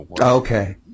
Okay